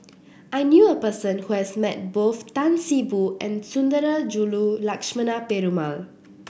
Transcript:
I knew a person who has met both Tan See Boo and Sundarajulu Lakshmana Perumal